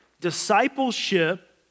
discipleship